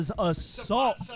Assault